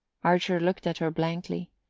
archer looked at her blankly.